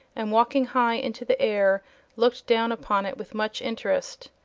and walking high into the air looked down upon it with much interest.